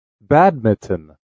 Badminton